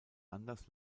anders